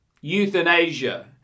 euthanasia